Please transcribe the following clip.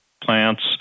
plants